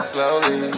Slowly